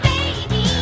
Baby